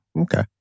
Okay